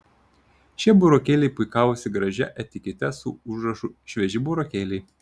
šie burokėliai puikavosi gražia etikete su užrašu švieži burokėliai